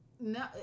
No